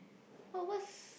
oh what's